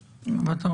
אותו.